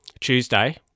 Tuesday